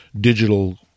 digital